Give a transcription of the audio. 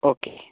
okay